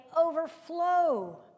overflow